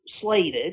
slated